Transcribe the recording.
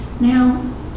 Now